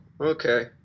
okay